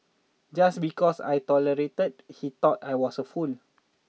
just because I tolerated he thought I was a fool